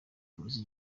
polisi